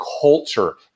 culture